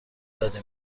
داده